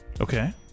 Okay